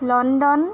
London